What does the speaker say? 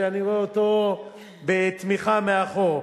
שאני רואה אותו בתמיכה מאחור,